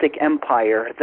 empire